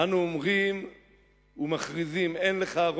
אנו אומרים ומכריזים: אין לך,